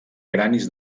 cranis